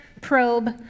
probe